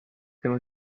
tema